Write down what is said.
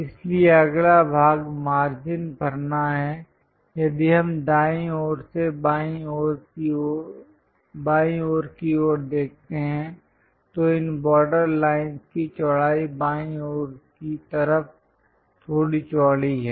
इसलिए अगला भाग मार्जिन भरना है यदि हम दाईं ओर से बाईं ओर की ओर देखते हैं तो इन बॉर्डर लाइंस की चौड़ाई बाईं ओर की तरफ थोड़ी चौड़ी है